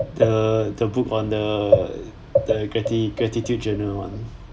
the the book on the the grati~ gratitude journal [one]